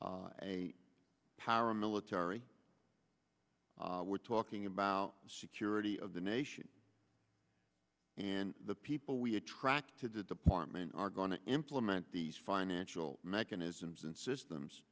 paramilitary we're talking about security of the nation and the people we attract to the department are going to implement these financial mechanisms and systems